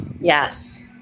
Yes